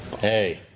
Hey